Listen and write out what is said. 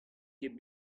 ket